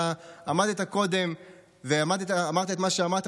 אתה עמדת קודם ואמרת את מה שאמרת,